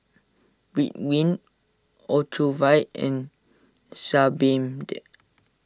Ridwind Ocuvite and Sebamed